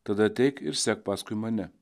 tada ateik ir sek paskui mane